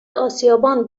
اسیابان